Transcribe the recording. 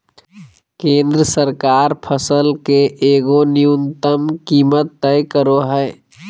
केंद्र सरकार फसल के एगो न्यूनतम कीमत तय करो हइ